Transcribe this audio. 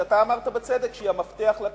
שאתה אמרת בצדק שהיא המפתח לכול,